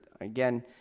again